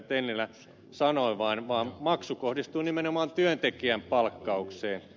tennilä sanoi vaan maksu kohdistuu nimenomaan työntekijän palkkaukseen